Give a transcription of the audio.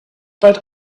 but